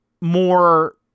more